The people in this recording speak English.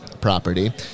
property